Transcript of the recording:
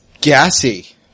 gassy